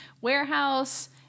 warehouse